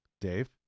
Dave